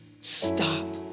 stop